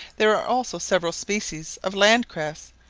there are also several species of land cress,